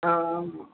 ஆ ஆமாம்